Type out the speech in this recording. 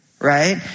right